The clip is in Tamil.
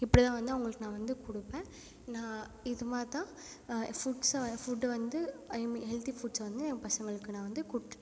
இப்படிதான் வந்து அவங்களுக்கு நான் வந்து கொடுப்பேன் நான் இது மாதிரிதான் ஃபுட்ஸ்ஸை ஃபுட் வந்து ஐ மீன் ஹெல்த்தி ஃபுட்ஸ்ஸை வந்து என் பசங்களுக்கு நான் வந்து கொடுத்துட்ருக்கேன்